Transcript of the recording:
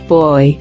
boy